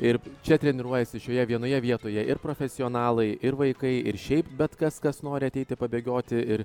ir čia treniruojasi šioje vienoje vietoje ir profesionalai ir vaikai ir šiaip bet kas kas nori ateiti pabėgioti ir